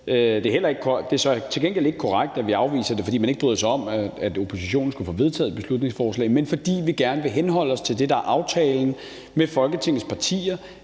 Det er så til gengæld ikke korrekt, at vi afviser det, fordi vi ikke bryder os om, at oppositionen skulle få vedtaget et beslutningsforslag, men det gør vi, fordi vi gerne vil henholde os til det, der er aftalen med Folketingets partier,